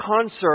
concert